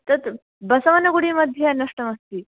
तद् बसवनगुडि मध्ये नष्टमस्ति